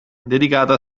dedicata